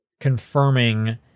confirming